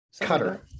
cutter